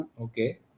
Okay